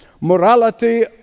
...morality